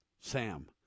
sam